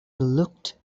looked